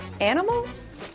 animals